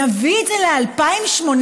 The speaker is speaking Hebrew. נביא את זה ל-2,850.